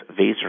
VASER